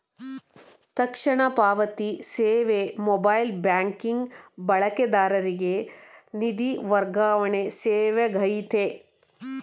ತಕ್ಷಣ ಪಾವತಿ ಸೇವೆ ಮೊಬೈಲ್ ಬ್ಯಾಂಕಿಂಗ್ ಬಳಕೆದಾರರಿಗೆ ನಿಧಿ ವರ್ಗಾವಣೆ ಸೇವೆಯಾಗೈತೆ